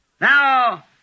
Now